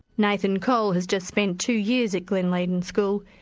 nathan cole has just spent two years at glenleighden school,